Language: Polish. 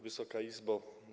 Wysoka Izbo!